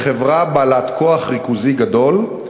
לחברה בעלת כוח ריכוזי גדול,